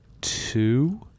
two